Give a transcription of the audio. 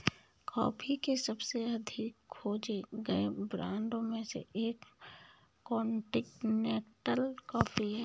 coffee के सबसे अधिक खोजे गए ब्रांडों में से एक कॉन्टिनेंटल कॉफ़ी है